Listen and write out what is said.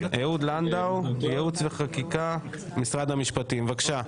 אהוד לנדאו, ייעוץ וחקיקה, משרד המשפטים, בבקשה.